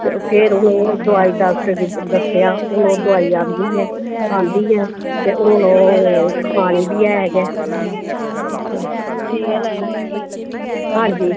ते फिर हून ओह् दवाई डाक्टर गी दस्सेआ हून ओह् दवाई आंदी ऐ ते हून खानी बी ऐ गै हां जी